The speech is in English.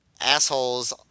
assholes